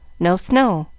no snow.